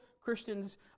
Christians